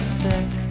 sick